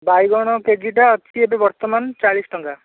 ବାଇଗଣ କେଜିଟା ଅଛି ଏବେ ବର୍ତ୍ତମାନ ଚାଳିଶ ଟଙ୍କା